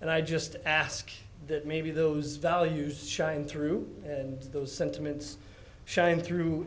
and i just ask that maybe those values shine through and those sentiments shine through